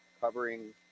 covering